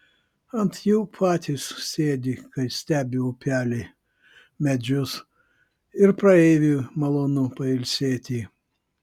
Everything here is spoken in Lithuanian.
ant jų patys sėdi kai stebi upelį medžius ir praeiviui malonu pailsėti